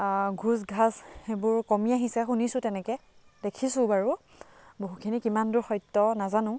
ঘোচ ঘাচ সেইবোৰ কমি আহিছে শুনিছোঁ তেনেকৈ দেখিছোঁও বাৰু বহুখিনি কিমানদূৰ সত্য নাজানো